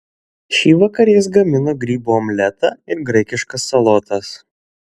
šįvakar jis gamino grybų omletą ir graikiškas salotas